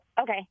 Okay